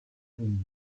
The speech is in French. réunies